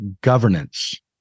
governance